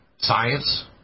science